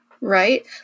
Right